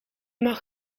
mag